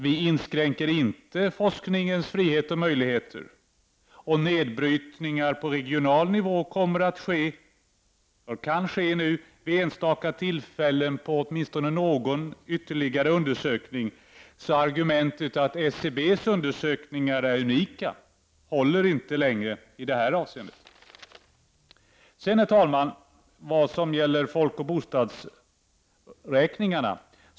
Vi inskränker alltså inte forskningens friheter och möjligheter. Nedbrytningen på en regional nivå kan ske vid enstaka tillfällen på åtminstone någon ytterligare undersökning. Argumentet att SCB:s undersökningar är unika håller inte längre i det avseendet. Herr talman! Vidare har vi folkoch bostadsräkningarna.